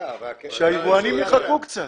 שהיבואנים יחכו קצת.